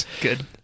good